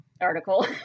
article